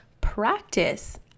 practice